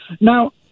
Now